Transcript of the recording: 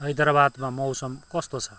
हैदराबादमा मौसम कस्तो छ